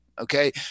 Okay